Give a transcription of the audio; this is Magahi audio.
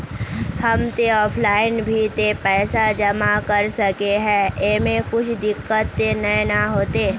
हम ते ऑफलाइन भी ते पैसा जमा कर सके है ऐमे कुछ दिक्कत ते नय न होते?